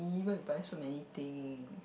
even you buy so many thing